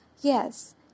Yes